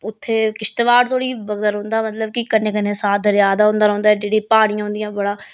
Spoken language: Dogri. उत्थें किश्तबाड़ धोड़ी बगदा रौंह्दा मतलब कि कन्नै कन्नै साथ दरेआ दा होंदा रौंह्दा ऐड्डी ऐड्डी प्हाड़ियां होन्दियां बड़ा